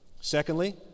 Secondly